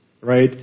right